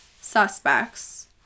suspects